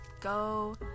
Go